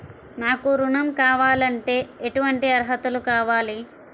నాకు ఋణం కావాలంటే ఏటువంటి అర్హతలు కావాలి?